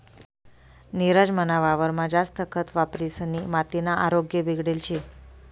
नीरज मना वावरमा जास्त खत वापरिसनी मातीना आरोग्य बिगडेल शे